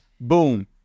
boom